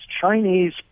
Chinese